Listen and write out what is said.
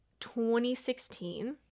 2016